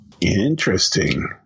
Interesting